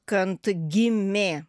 kant gimė